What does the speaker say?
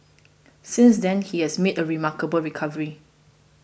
since then he has made a remarkable recovery